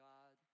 God